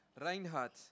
Reinhardt